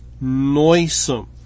noisome